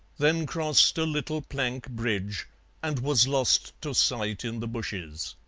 then crossed a little plank bridge and was lost to sight in the bushes.